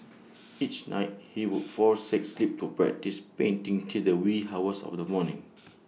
each night he would forsake sleep to practise painting till the wee hours of the morning